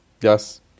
yes